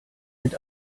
mit